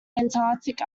antarctic